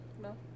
no